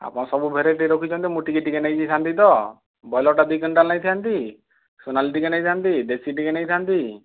ଆପଣ ସବୁ ଭେରାଇଟି ରଖିଛନ୍ତି ମୁଁ ଟିକେ ଟିକେ ନେଇଯାଇଥାନ୍ତି ତ ବ୍ରଏଲରଟା ଦୁଇକୁଇଣ୍ଟାଲ ନେଇଥାନ୍ତି ସୋନାଲି ଟିକେ ନେଇଥାନ୍ତି ଦେଶୀ ଟିକେ ନେଇଥାନ୍ତି